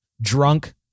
drunk